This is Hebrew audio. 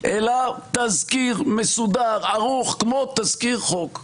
אלא תזכיר מסודר, ערוך כמו תזכיר חוק,